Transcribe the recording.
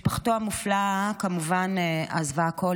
משפחתו המופלאה עזבה כמובן הכול.